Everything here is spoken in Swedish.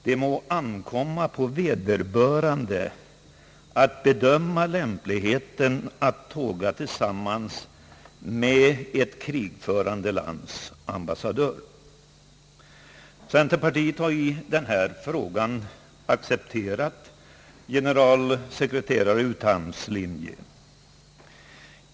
Det må ankomma på vederbörande att bedöma lämpligheten att tåga tillsammans med ett krigförande lands ambassadör. Centerpartiet har i denna fråga accepterat generalsekreterare U Thants linje.